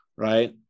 Right